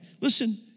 Listen